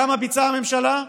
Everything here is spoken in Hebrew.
כמה ביצעה הממשלה?